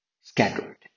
scattered